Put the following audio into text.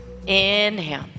inhale